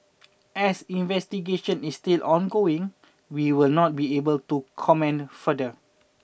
as investigation is still ongoing we will not be able to comment further